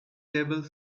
table